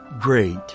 Great